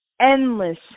endless